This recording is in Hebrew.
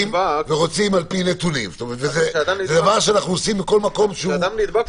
רוצים לפי נתונים, ועושים את זה בכל מקום ספיר.